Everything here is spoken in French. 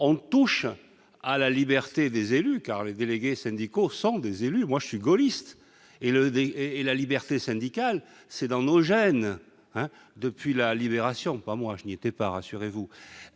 ne touche à la liberté des élus car les délégués syndicaux sont des élus, moi je suis gaulliste et le et et la liberté syndicale, c'est dans nos gènes, hein, depuis la Libération, pas moi, je n'étais pas, rassurez-vous,